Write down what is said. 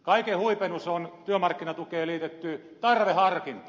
kaiken huipennus on työmarkkinatukeen liitetty tarveharkinta